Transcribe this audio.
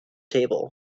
table